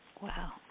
wow